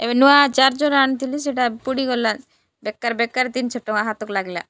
ଏବେ ନୂଆ ଚାର୍ଜର ଆଣିଥିଲି ସେଇଟା ପୁଡ଼ିଗଲା ବେକାର ବେକାର ତିନିଶହ ଟଙ୍କା ହାତକୁ ଲାଗିଲା